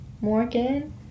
Morgan